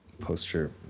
poster